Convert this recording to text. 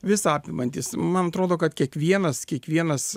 visą apimantis man atrodo kad kiekvienas kiekvienas